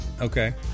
Okay